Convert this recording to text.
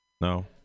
no